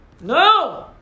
No